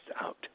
out